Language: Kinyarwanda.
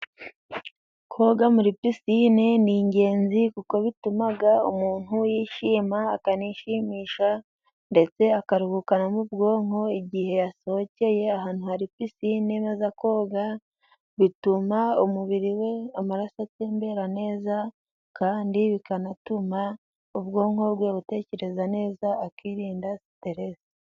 Koga muri pisine ni ingenzi kuko bituma umuntu yishima akanishimisha ndetse akaruhuka no mu bwonko, igihe yasohokeye ahantu hari pisine baza koga bituma umubiri we amaraso atembera neza, kandi bikanatuma ubwonko bwe butekereza neza akirinda siterese.